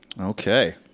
Okay